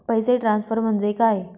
पैसे ट्रान्सफर म्हणजे काय?